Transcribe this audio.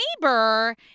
neighbor